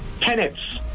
tenets